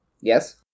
Yes